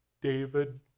David